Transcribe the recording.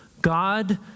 God